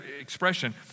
expression